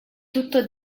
tutto